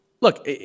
look